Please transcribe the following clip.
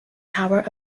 power